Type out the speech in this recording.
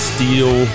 Steel